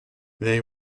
they